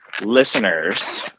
listeners